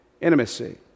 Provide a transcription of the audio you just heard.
intimacy